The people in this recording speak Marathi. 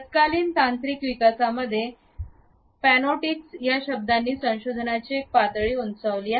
तत्कालीन तांत्रिक विकासामध्ये पॅनोप्टिक या शब्दांनी संशोधनाची एक पातळी उंचावली